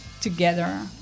together